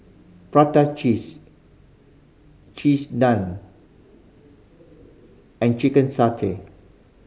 prata cheese Cheese Naan and chicken satay